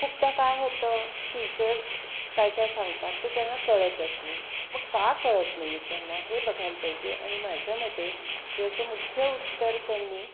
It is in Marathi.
खूपदा काय होतं टीचर काय काय सांगतात ते त्यांना कळतच नाही मग का कळत नाही आहे त्यांना हे बघायला पाहिजे आणि माझ्या मते याचं मुख्य उत्तर त्यांनी